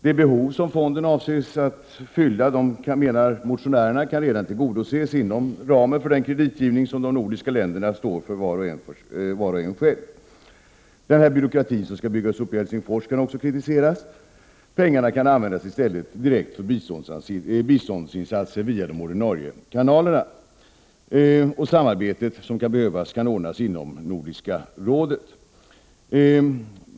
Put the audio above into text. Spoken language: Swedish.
Det behov som fonden avses att fylla menar motionärerna kan tillgodoses redan inom ramen för den kreditgivning som de nordiska länderna står för själva. Den byråkrati som skall byggas upp i Helsingfors kan också diskuteras — pengarna kan i stället användas direkt till biståndsinsatser via de ordinarie kanalerna. Det samarbete som kan behövas kan ordnas inom Nordiska rådet.